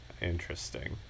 Interesting